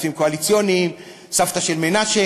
כספים קואליציוניים, סבתא של מנשה,